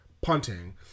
punting